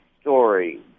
story